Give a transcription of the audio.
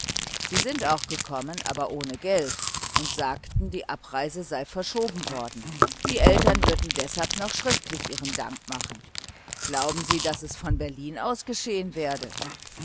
sie sind auch gekommen aber ohne honorar und sagten die abreise sei verschoben worden die eltern würden deshalb noch schriftlich ihren dank machen glauben sie daß es von berlin aus geschehen werde